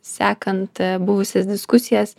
sekant buvusias diskusijas